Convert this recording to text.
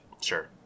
Sure